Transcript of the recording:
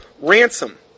Ransom